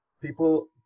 people